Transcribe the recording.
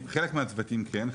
חלק מהצוותים כן.